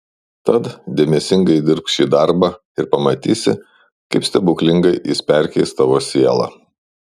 tad dėmesingai dirbk šį darbą ir pamatysi kaip stebuklingai jis perkeis tavo sielą